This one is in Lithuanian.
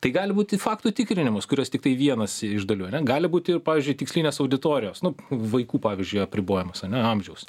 tai gali būti faktų tikrinimas kurios tiktai vienas iš dalių ane gali būti ir pavyzdžiui tikslinės auditorijos nu vaikų pavyzdžiui apribojimas ane amžiaus